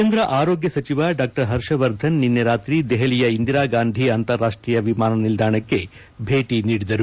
ಕೇಂದ್ರ ಆರೋಗ್ಯ ಸಚಿವ ಡಾ ಹರ್ಷವರ್ಧನ್ ನಿನ್ನೆ ರಾತ್ರಿ ದೆಹಲಿಯ ಇಂದಿರಾ ಗಾಂಧಿ ಅಂತಾರಾಷ್ಟೀಯ ವಿಮಾನ ನಿಲ್ದಾಣಕ್ಕೆ ಭೇಟಿ ನೀಡಿದರು